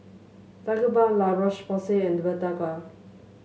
Tigerbalm La Roche Porsay and Blephagel